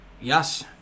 Yes